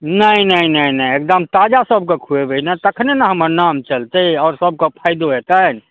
नै नै नै नै एगदम ताजा सबके खुयेबै ने तखने ने हमर नाम चलतै और सबके फायदो हेतैन